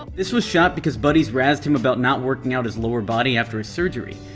this was shot because buddies razzed him about not working out his lower body after a surgery.